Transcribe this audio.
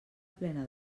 plena